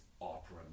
opera